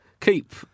keep